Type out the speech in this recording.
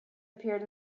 appeared